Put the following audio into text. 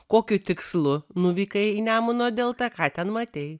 kokiu tikslu nuvykai į nemuno deltą ką ten matei